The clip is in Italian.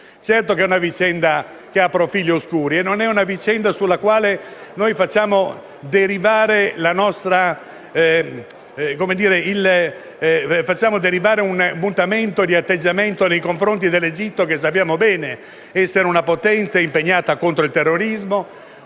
Certo che è una vicenda che ha profili oscuri ma non è una vicenda dalla quale facciamo derivare un mutamento di atteggiamento nei confronti dell'Egitto che sappiamo bene essere una potenza impegnata contro il terrorismo,